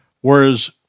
whereas